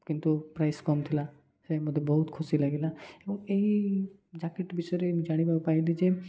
କିନ୍ତୁ ପ୍ରାଇସ୍ କମ୍ ଥିଲା ସେ ମୋତେ ବହୁତ ଖୁସି ଲାଗିଲା ଏବଂ ଏହି ଜ୍ୟାକେଟ୍ ବିଷୟରେ ମୁଁ ଜାଣିବାକୁ ପାଇଲି ଯେ